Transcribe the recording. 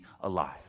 alive